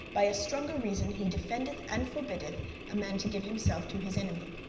by a stronger reason he defendeth and forbiddeth a man to give himself to his enemy.